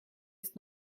ist